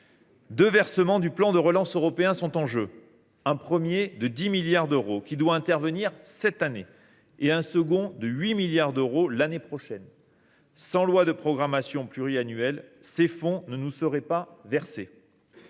Deux versements du plan de relance européen sont en jeu : un premier de 10 milliards d’euros, qui doit intervenir cette année, et un second de 8 milliards d’euros l’année prochaine. Sans loi de programmation pluriannuelle, ces fonds ne nous seraient pas versés.